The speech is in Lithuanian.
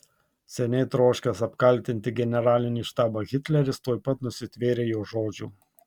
seniai troškęs apkaltinti generalinį štabą hitleris tuoj pat nusitvėrė jo žodžių